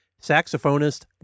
saxophonist